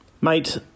Mate